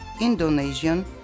Indonesian